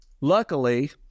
luckily